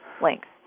Links